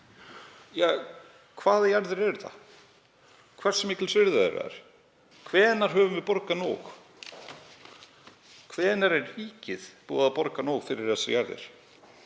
mig: Hvaða jarðir eru þetta? Hversu mikils virði eru þær? Hvenær höfum við borgað nóg? Hvenær er ríkið búið að borga nóg fyrir þessar jarðir?